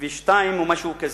או משהו כזה,